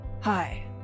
Hi